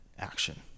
action